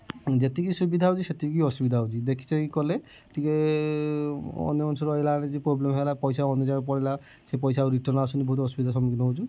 ଯେତିକି ସୁବିଧା ହେଉଛି ସେତିକି ବି ଅସୁବିଧା ହେଉଛି ଦେଖି ଚାହିଁକି କଲେ ଟିକେ ଅନ୍ୟମନସ୍କ ରହିଲା ବେଳେ ଯଦି ପ୍ରୋବଲେମ୍ ହେଲା ପଇସା ଅନ୍ୟ ଜାଗାକୁ ପଳେଇଲା ସେ ପଇସା ଆଉ ରିଟର୍ଣ୍ଣ ଆସୁନି ବହୁତ ଅସୁବିଧା ସମ୍ମୁଖୀନ ହେଉଛୁ